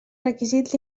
requisit